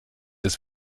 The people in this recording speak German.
des